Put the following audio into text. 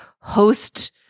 host